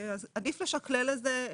עדיף לשכלל את זה.